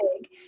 big